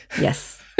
Yes